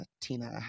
Tina